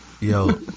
yo